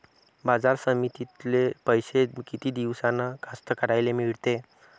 बाजार समितीतले पैशे किती दिवसानं कास्तकाराइले मिळते?